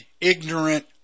ignorant